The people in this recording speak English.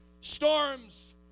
Storms